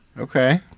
Okay